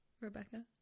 Rebecca